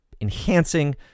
enhancing